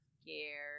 scared